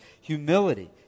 humility